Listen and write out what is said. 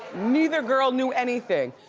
neither girl knew anything.